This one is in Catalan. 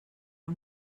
era